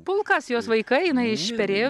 pulkas jos vaikai eina išperėjo